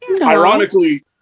Ironically